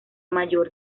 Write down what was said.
mayor